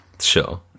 Sure